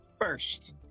First